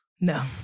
No